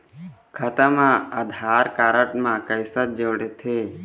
खाता मा आधार कारड मा कैसे जोड़थे?